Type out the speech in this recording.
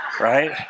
right